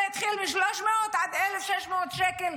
זה התחיל מ-300 שקל עד 1,600 שקל,